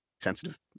sensitive